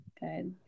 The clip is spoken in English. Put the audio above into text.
Good